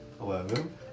Eleven